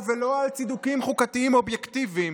ולא על צידוקים חוקתיים אובייקטיביים,